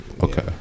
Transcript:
okay